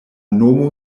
nomo